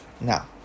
Now